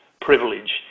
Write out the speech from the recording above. privilege